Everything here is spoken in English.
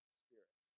spirit